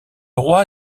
roi